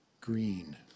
green